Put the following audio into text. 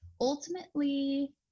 ultimately